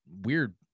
weird